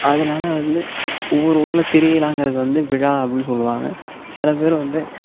அதனால் வந்து ஒவ்வொரு ஊரில் திருவிழாங்கிறது வந்து விழா அப்படினு சொல்லுவாங்க சில பேர் வந்து